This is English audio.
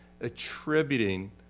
attributing